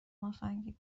مفنگی